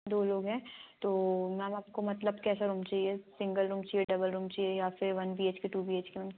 दो लोग हैं तो मैम आपको मतलब कैसा रूम चाहिए सिंगल रूम चाहिए डबल रूम चहिए या फिर one B H K two B H K ma'am